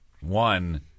one